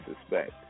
suspect